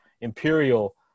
imperial